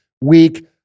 weak